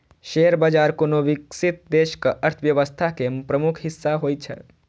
share बाजार कोनो विकसित देशक अर्थव्यवस्था के प्रमुख हिस्सा होइ छै